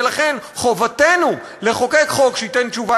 ולכן חובתנו לחוקק חוק שייתן תשובה